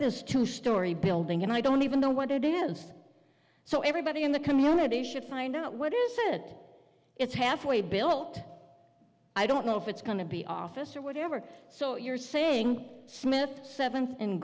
this two story building and i don't even know what to do so everybody in the community should find out what is it it's halfway built i don't know if it's going to be office or whatever so you're saying smith seventh in